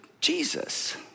Jesus